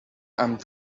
amb